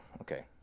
Okay